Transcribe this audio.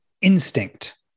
instinct